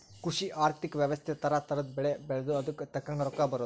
ಕೃಷಿ ಆರ್ಥಿಕ ವ್ಯವಸ್ತೆ ತರ ತರದ್ ಬೆಳೆ ಬೆಳ್ದು ಅದುಕ್ ತಕ್ಕಂಗ್ ರೊಕ್ಕ ಬರೋದು